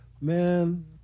man